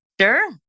Sure